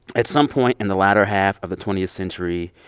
at some point in the latter half of the twentieth century,